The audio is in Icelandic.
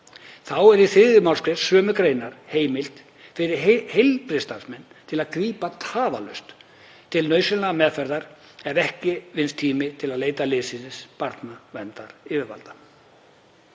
Þá er í 3. mgr. sömu greinar heimild fyrir heilbrigðisstarfsmenn til að grípa tafarlaust til nauðsynlegrar meðferðar ef ekki vinnst tími til að leita liðsinnis barnaverndaryfirvalda.